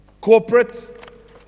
corporate